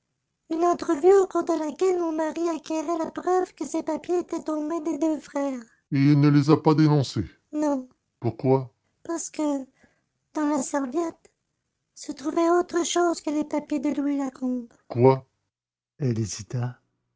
une entrevue au cours de laquelle mon mari acquérait la preuve que ces papiers étaient aux mains des deux frères et il ne les a pas dénoncés non pourquoi parce que dans la serviette se trouvait autre chose que les papiers de louis lacombe quoi elle hésita